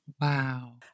Wow